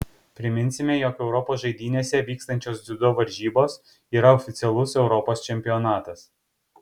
priminsime jog europos žaidynėse vykstančios dziudo varžybos yra oficialus europos čempionatas